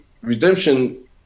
redemption